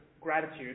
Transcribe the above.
gratitude